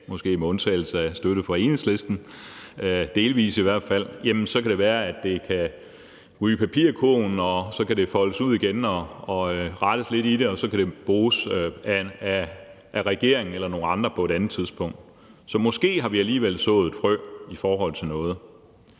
dag, for der er kun støtte fra Enhedslisten, delvis i hvert fald – jamen så kan det være, at det ryger i papirkurven. Så håber vi på, at det kan foldes ud igen, at der kan rettes lidt i det, og at det så kan bruges af regeringen eller nogle andre på et andet tidspunkt. Så måske har vi alligevel sået et frø i forhold til noget.